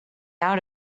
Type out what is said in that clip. out